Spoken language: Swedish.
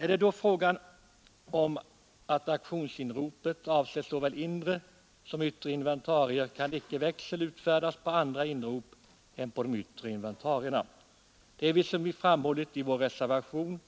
Är det då fråga om att auktionsinropet avser såväl inre som yttre inventarier kan icke växel utfärdas på andra inrop än de yttre inventarierna. Det är, som vi framhållit i vår reservation,